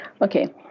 Okay